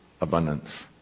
abundance